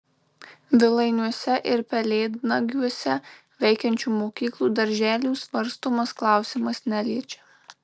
vilainiuose ir pelėdnagiuose veikiančių mokyklų darželių svarstomas klausimas neliečia